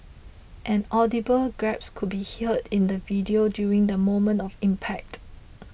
an audible gasp could be heard in the video during the moment of impact